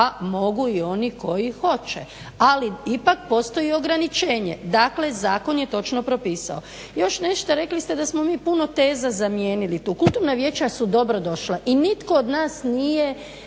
a mogu i oni koji hoće. Ali ipak postoji ograničenje. Dakle, zakon je točno propisao. Još nešto. Rekli ste da smo mi puno teza zamijenili tu. Kulturna vijeća su dobro došla i nitko od nas nije